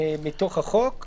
בתוך החוק.